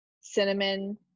cinnamon